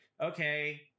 Okay